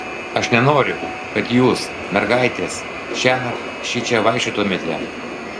aš nenoriu kad jūs mergaitės šiąnakt šičia vaikščiotumėte